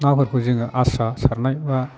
नाफोरखौ जोङो आसखा सारनाय बा